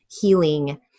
healing